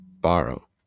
borrow